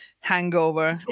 hangover